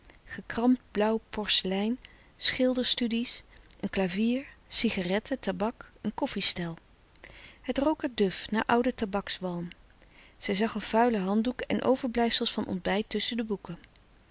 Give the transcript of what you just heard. gekramd blauw porcelein schilderstudies een klavier sigaretten tabak een koffie stel het rook er duf naar oude tabakswalm zij zag een vuile handdoek en overblijfsels van ontbijt tusschen de boeken